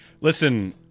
Listen